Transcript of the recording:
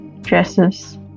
dresses